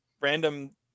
random